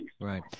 Right